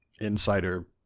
insider